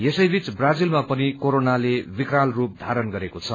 यसै बीच ब्राजीलमा पनि कोरोनाले विकराल रूप धारण गरेको छ